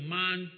man